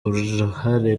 uruhare